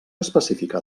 específica